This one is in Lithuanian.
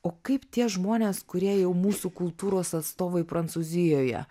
o kaip tie žmonės kurie jau mūsų kultūros atstovai prancūzijoje